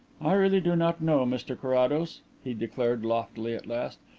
i really do not know, mr carrados, he declared loftily at last.